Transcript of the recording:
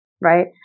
right